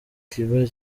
kigo